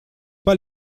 pas